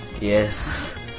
Yes